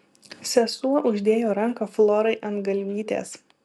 sesuo uždėjo ranką florai ant galvytės